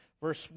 Verse